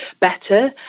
better